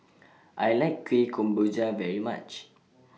I like Kueh Kemboja very much